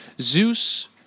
Zeus